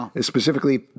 Specifically